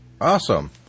Awesome